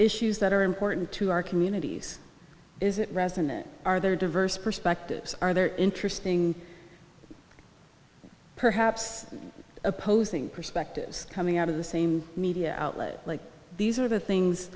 issues that are important to our communities is it resonant are there diverse perspectives are there interesting perhaps opposing perspectives coming out of the same media outlet like these are the things